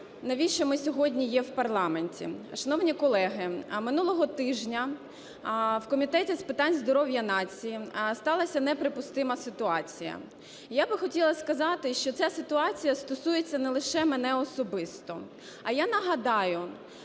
навіщо ми сьогодні є в парламенті. Шановні колеги, минулого тижня в Комітеті з питань здоров'я нації сталася неприпустима ситуація. Я би хотіла сказати, що ця ситуація стосується не лише мене особисто. А я нагадаю,